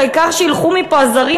העיקר שילכו מפה הזרים,